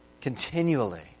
Continually